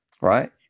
right